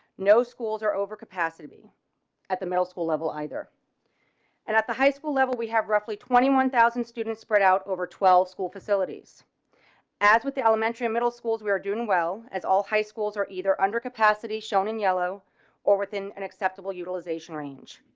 no schools are over capacity at the middle school level either and at the high school level. we have roughly twenty one thousand students spread out over twelve school facilities as with the elementary and middle schools, we are doing well as all high schools are either under capacity shown in yellow or within an acceptable utilization range.